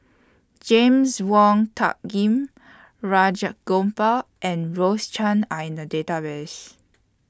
James Wong Tuck Rajah Gopal and Rose Chan Are in The Database